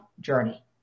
journey